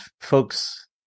folks